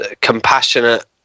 compassionate